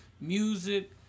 music